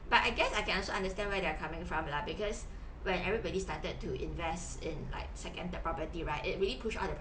but I guess I can also understand where they're coming from lah because when everybody started to invest in like second third property right it really push on